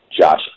Josh